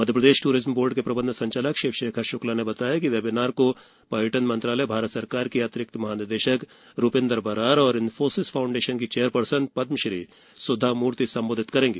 Madhya Pradesh tourism board के प्रबन्ध संचालक शिव शेखर श्क्ला ने बताया कि वेबिनार को पर्यटन मंत्रालय भारत सरकार की अतिरिक्त महानिदेशक रूपिन्दर बरार और इंफोसिस फाउंडेशन की चेयरपर्सन पद्मश्री सुधा मूर्ति संबोधित करेंगी